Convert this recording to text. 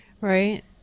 right